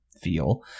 feel